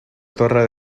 torre